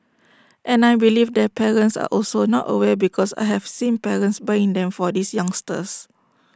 and I believe their parents are also not aware because I have seen parents buying them for these youngsters